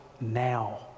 now